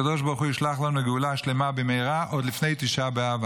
הקדוש ברוך הוא ישלח לנו גאולה שלמה במהרה עוד לפני תשעה באב,